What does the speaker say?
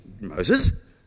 Moses